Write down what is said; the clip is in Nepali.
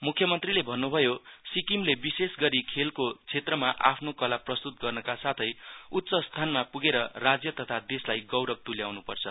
मुख्य मन्त्रीले भन्नुभयोसिक्किमले विशेषगरी खेलको क्षेत्रमा आफ्नो कला प्रस्तुत गर्नका साथै उच्च स्थानमा पुगेर राज्य तथा देशलाई गौरव तुल्याउनु पर्छ